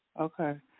Okay